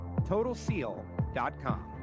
TotalSeal.com